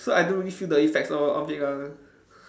so I don't really feel the effects of of it ah